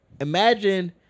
imagine